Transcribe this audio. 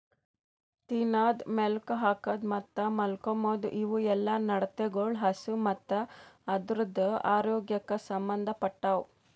ತಿನದು, ಮೇಲುಕ್ ಹಾಕದ್ ಮತ್ತ್ ಮಾಲ್ಕೋಮ್ದ್ ಇವುಯೆಲ್ಲ ನಡತೆಗೊಳ್ ಹಸು ಮತ್ತ್ ಅದುರದ್ ಆರೋಗ್ಯಕ್ ಸಂಬಂದ್ ಪಟ್ಟವು